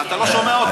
אתה לא שומע אותי.